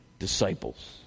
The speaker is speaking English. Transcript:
Disciples